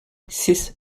six